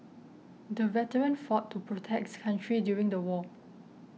the veteran fought to protects country during the war